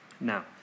Now